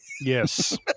yes